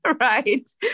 right